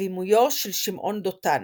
בבימויו של שמעון דותן.